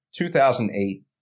2008